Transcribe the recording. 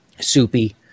soupy